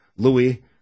Louis